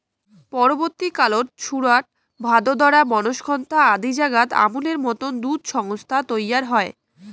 পরবর্তী কালত সুরাট, ভাদোদরা, বনস্কন্থা আদি জাগাত আমূলের মতন দুধ সংস্থা তৈয়ার হই